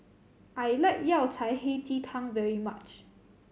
I like Yao Cai Hei Ji Tang very much